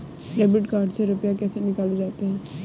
Debit card से रुपये कैसे निकाले जाते हैं?